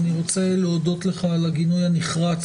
אני רוצה להודות לך על הגינוי הנחרץ